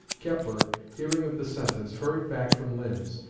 kepler, hearing of the sentence, hurried back from linz,